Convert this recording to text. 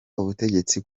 ubutegetsi